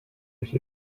ich